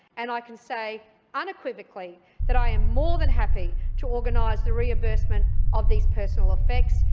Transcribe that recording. and i can say unequivocally that i am more than happy to organise the reimbursement of these personal effects.